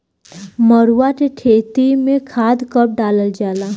मरुआ के खेती में खाद कब डालल जाला?